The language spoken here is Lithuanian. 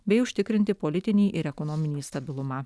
bei užtikrinti politinį ir ekonominį stabilumą